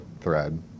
thread